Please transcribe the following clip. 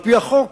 על-פי החוק,